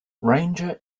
ranger